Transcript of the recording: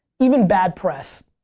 even bad press.